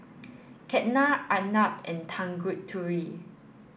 Ketna Arnab and Tanguturi